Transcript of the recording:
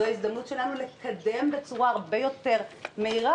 זו ההזדמנות שלנו לקדם בצורה הרבה יותר מהירה,